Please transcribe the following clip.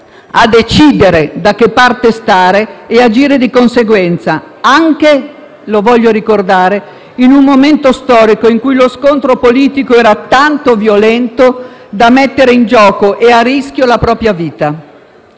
a decidere da che parte stare e ad agire di conseguenza, anche in un momento storico - lo voglio ricordare - in cui lo scontro politico era tanto violento da mettere in gioco e a rischio la propria vita.